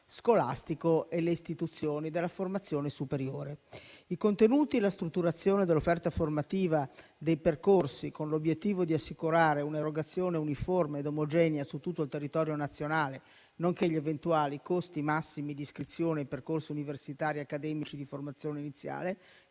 scolastico e istituzioni della formazione superiore; i contenuti e la strutturazione dell'offerta formativa dei percorsi, con l'obiettivo di assicurare un'erogazione uniforme ed omogenea su tutto il territorio nazionale, nonché gli eventuali costi massimi di iscrizione ai percorsi universitari e accademici di formazione iniziale